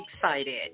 excited